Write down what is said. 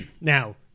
Now